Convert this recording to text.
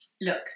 Look